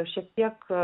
šiek tiek